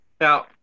Now